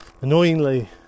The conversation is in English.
Annoyingly